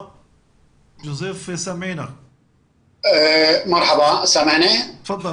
אני שמח שנתת לי את האפשרות